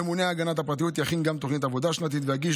ממונה הגנת הפרטיות יכין גם תוכנית עבודה שנתית ויגיש